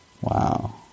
wow